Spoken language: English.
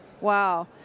Wow